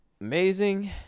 Amazing